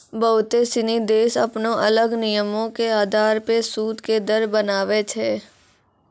बहुते सिनी देश अपनो अलग नियमो के अधार पे सूद के दर बनाबै छै